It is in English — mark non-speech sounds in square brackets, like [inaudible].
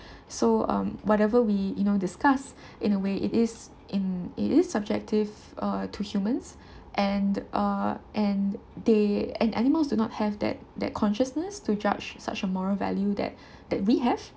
so um whatever we you know discuss [breath] in a way it is in it is subjective uh to humans and uh and they and animals do not have that that consciousness to judge such a moral value that that we have